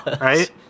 right